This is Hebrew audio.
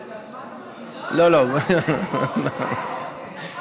לא, לא, אני עוד, זו